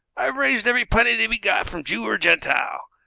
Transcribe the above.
i've raised every penny to be got from jew or gentile.